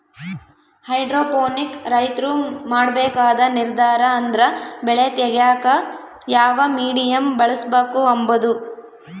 hydroponic ರೈತ್ರು ಮಾಡ್ಬೇಕಾದ ನಿರ್ದಾರ ಅಂದ್ರ ಬೆಳೆ ತೆಗ್ಯೇಕ ಯಾವ ಮೀಡಿಯಮ್ ಬಳುಸ್ಬಕು ಅಂಬದು